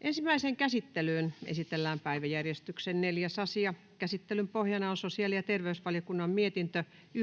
Ensimmäiseen käsittelyyn esitellään päiväjärjestyksen 4. asia. Käsittelyn pohjana on sosiaali- ja terveysvaliokunnan mietintö StVM